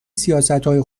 سیاستهای